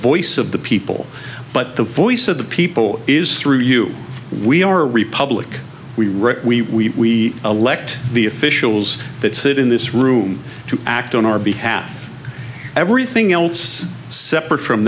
voice of the people but the voice of the people is through you we are a republic we write we elect the officials that sit in this room to act on our behalf everything else is separate from